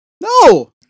No